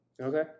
Okay